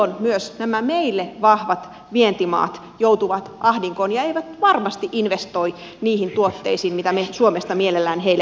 silloin myös nämä meille vahvat vientimaat joutuvat ahdinkoon ja eivät varmasti investoi niihin tuotteisiin joita me suomesta mielellään heille veisimme